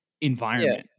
environment